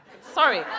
sorry